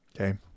okay